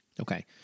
Okay